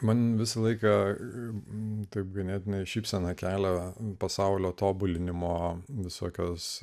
man visą laiką taip ganėtinai šypseną kelia pasaulio tobulinimo visokios